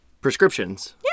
prescriptions